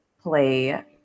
play